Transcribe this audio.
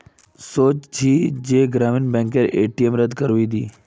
सोच छि जे ग्रामीण बैंकेर ए.टी.एम रद्द करवइ दी